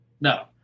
No